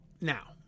Now